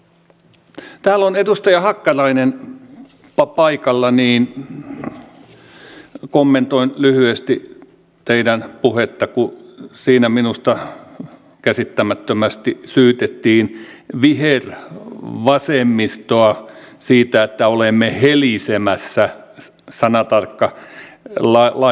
kun täällä on edustaja hakkarainen paikalla niin kommentoin lyhyesti teidän puhettanne kun siinä minusta käsittämättömästi syytettiin vihervasemmistoa siitä että olemme helisemässä sanatarkka lainaus